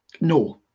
No